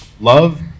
love